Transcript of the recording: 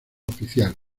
oficial